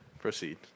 Proceed